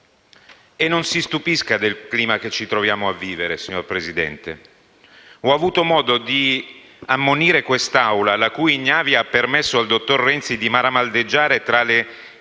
E non si stupisca del clima che ci troviamo a vivere, signor Presidente. Ho avuto modo di ammonire quest'Assemblea - la cui ignavia ha permesso al dottor Renzi di maramaldeggiare tra e